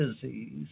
disease